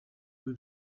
muri